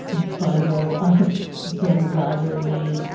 bundle of demagoguery.